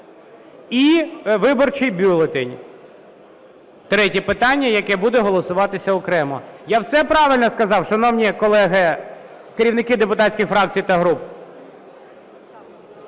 І виборчий бюлетень – третє питання, як буде голосуватися окремо. Я все правильно сказав, шановні колеги керівники депутатських фракцій та груп?